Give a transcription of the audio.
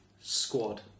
squad